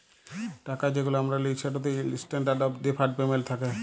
টাকা যেগুলা আমরা লিই সেটতে ইসট্যান্ডারড অফ ডেফার্ড পেমেল্ট থ্যাকে